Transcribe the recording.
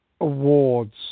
Awards